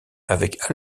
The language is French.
avec